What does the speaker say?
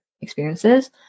experiences